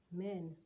men